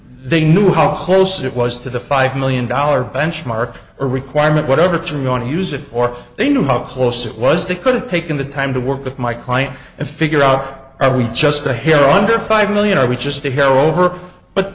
they knew how close it was to the five million dollars benchmark or requirement whatever term you want to use it or they knew how close it was they could've taken the time to work with my client and figure out are we just a hair under five million are we just a hair over but